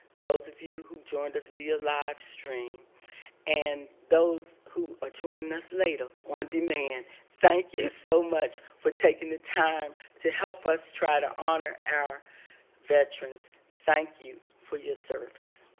those of you who joined us via live stream and those who are joining us later on demand. thank you so much for taking the time to help us try to honor our veterans. thank you for your service.